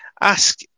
Ask